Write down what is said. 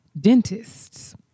dentists